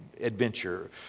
adventure